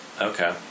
Okay